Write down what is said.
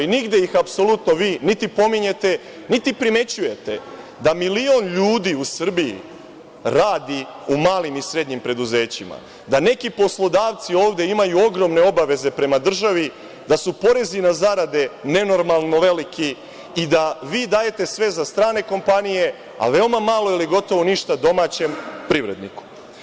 Nigde ih apsolutno vi niti pominjete, niti primećujete da milion ljudi u Srbiji radi u malim i srednjim preduzećima, da neki poslodavci ovde imaju ogromne obaveze prema državi, da su porezi na zarade nenormalno veliki i da vi dajete sve za strane kompanije, a veoma malo ili gotovo ništa domaćem privredniku.